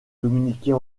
communiquer